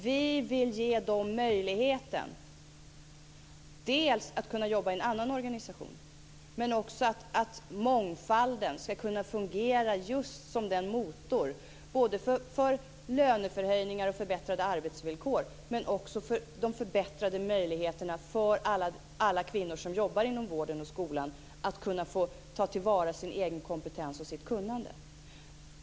Vi vill dels ge dem möjligheten att jobba i en annan organisation, dels att mångfalden ska kunna fungera just som en motor för både lönehöjningar och förbättrade arbetsvillkor men också för förbättrade möjligheter för alla kvinnor som jobbar inom vården och skolan att ta till vara sin egen kompetens och sitt kunnande.